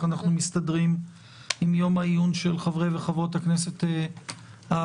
אנחנו מסתדרים עם יום העיון של חברי וחברות הכנסת החדשים.